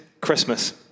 Christmas